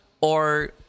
or-